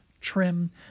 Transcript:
trim